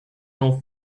nor